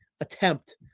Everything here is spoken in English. attempt